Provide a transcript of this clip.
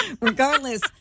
regardless